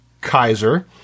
Kaiser